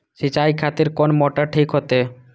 सीचाई खातिर कोन मोटर ठीक होते?